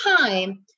time